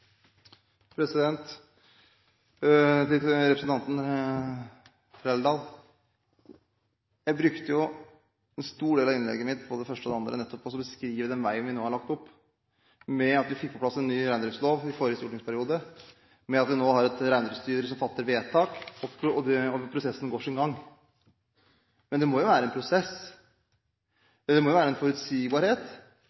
første og det andre, til nettopp å beskrive den veien vi nå har lagt opp, med at vi fikk på plass en ny reindriftslov i forrige stortingsperiode, og vi har nå et reindriftsstyre som fatter vedtak – og prosessen går sin gang. Men det må jo være en prosess,